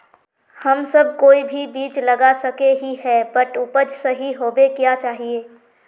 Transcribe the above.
हम सब कोई भी बीज लगा सके ही है बट उपज सही होबे क्याँ चाहिए?